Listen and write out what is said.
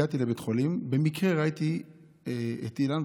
הגעתי לבית החולים ובמקרה ראיתי את אילן,